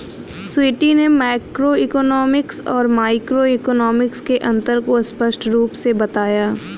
स्वीटी ने मैक्रोइकॉनॉमिक्स और माइक्रोइकॉनॉमिक्स के अन्तर को स्पष्ट रूप से बताया